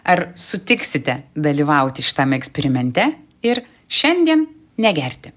ar sutiksite dalyvauti šitame eksperimente ir šiandien negerti